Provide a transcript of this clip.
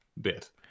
bit